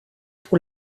pour